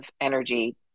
energy